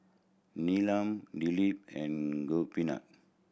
Neelam Dilip and Gopinath